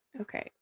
okay